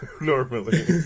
Normally